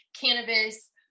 cannabis